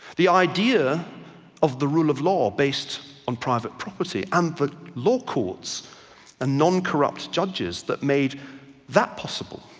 the idea of the rule of law based on private property and the law courts and noncorrupt judges that made that possible.